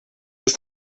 ist